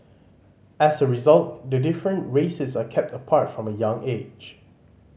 as a result the different races are kept apart from a young age